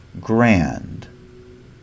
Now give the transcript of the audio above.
grand